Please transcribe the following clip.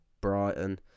Brighton